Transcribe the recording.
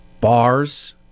Bars